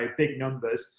like big numbers.